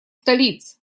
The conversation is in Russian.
столиц